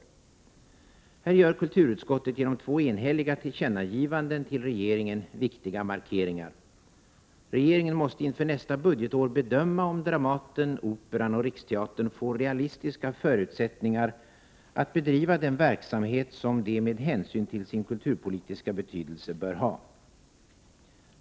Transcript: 22 mars 1989 Här gör kulturutskottet genom två enhälliga tillkännagivanden till regeringen viktiga markeringar. Regeringen måste inför nästa budgetår bedöma om Dramaten, Operan och Riksteatern får realistiska förutsättningar att bedriva den verksamhet som de — med hänsyn till sin kulturpolitiska betydelse — bör ha.